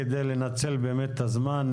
כדי לנצל באמת את הזמן.